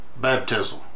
Baptism